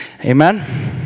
Amen